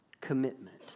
commitment